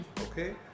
Okay